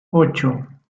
ocho